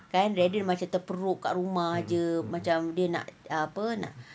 kan daripada dia macam terperuk dekat rumah jer kan macam dia nak ah apa dia nak